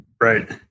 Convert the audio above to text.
Right